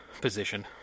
position